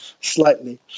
slightly